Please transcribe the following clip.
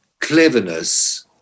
cleverness